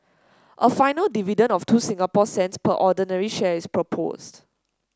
a final dividend of two Singapore cents per ordinary share is proposed